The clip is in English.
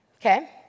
Okay